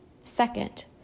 Second